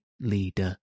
leader